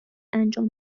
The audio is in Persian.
انجام